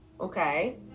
okay